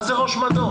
מה זה ראש מדור